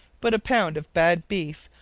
but a pound of bad beef,